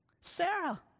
Sarah